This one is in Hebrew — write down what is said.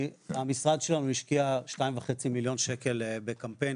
המשרד שלנו השקיע 2.5 מיליון שקל בקמפיין,